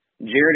Jared